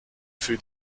für